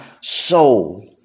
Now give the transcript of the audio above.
soul